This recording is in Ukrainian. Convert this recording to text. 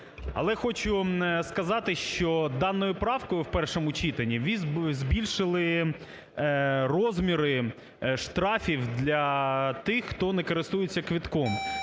Але хочу сказати, що даною правкою в першому читанні збільшили розміри штрафів для тих, хто не користується квитком